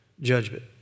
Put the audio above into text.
judgment